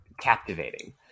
captivating